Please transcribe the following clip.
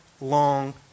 long